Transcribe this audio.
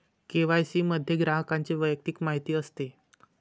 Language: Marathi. के.वाय.सी मध्ये ग्राहकाची वैयक्तिक माहिती असते